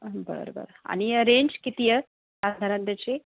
बरं बरं आणि रेंज किती आहे साधारण त्याची